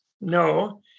No